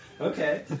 Okay